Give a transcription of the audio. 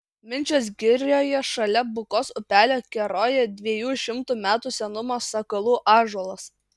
minčios girioje šalia bukos upelio keroja dviejų šimtų metų senumo sakalų ąžuolas